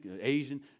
Asian